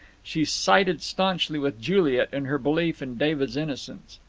she sided staunchly with juliet in her belief in david's innocence.